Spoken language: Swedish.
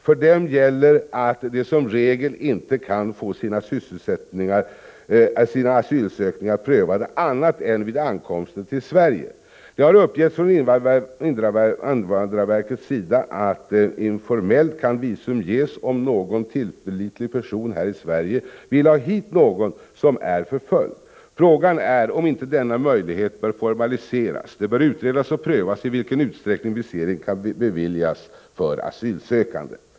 För dem gäller att de som regel inte kan få sina asylsökningar prövade annat än vid ankomsten till Sverige. Det har uppgetts från invandrarverkets sida att visum kan ges informellt om någon tillförlitlig person här i Sverige vill ha hit någon som är förföljd. Frågan är om inte denna möjlighet borde formaliseras. Det bör utredas och prövas i vilken utsträckning visering kan beviljas för asylsökande.